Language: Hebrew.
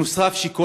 נוסף על כך,